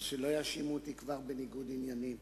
אז שלא יאשימו אותי כבר בניגוד עניינים.